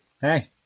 Hey